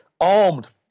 armed